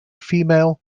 female